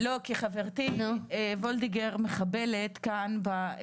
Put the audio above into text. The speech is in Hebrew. לא, כי חברתי מיכל וולדיגר מחבלת כאן בכוונות.